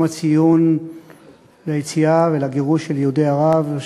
הציון ליציאה ולגירוש של יהודי ערב,